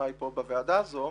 חבריי בוועדה הזו.